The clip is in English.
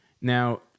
Now